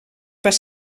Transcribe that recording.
pas